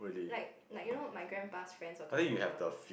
like like you know my grandpa's friend will come over